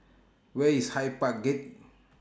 Where IS Hyde Park Gate